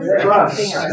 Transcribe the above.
Trust